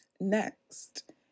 Next